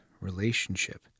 relationship